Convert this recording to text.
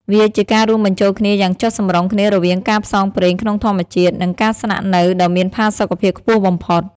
វាជាការរួមបញ្ចូលគ្នាយ៉ាងចុះសម្រុងគ្នារវាងការផ្សងព្រេងក្នុងធម្មជាតិ និងការស្នាក់នៅដ៏មានផាសុកភាពខ្ពស់បំផុត។